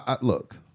Look